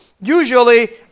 Usually